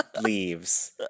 leaves